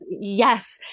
Yes